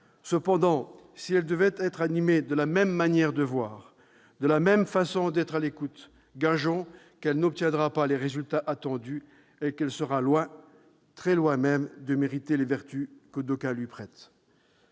Cependant, si elle devait être animée de la même manière de voir, de la même façon d'être à l'écoute, gageons qu'elle n'obtiendra pas les résultats attendus et qu'elle sera loin, très loin même, de mériter les vertus que d'aucuns lui prêtent.